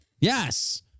Yes